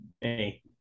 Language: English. Hey